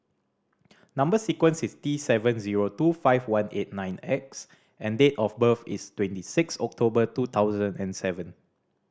number sequence is T seven zero two five one eight nine X and date of birth is twenty six October two thousand and seven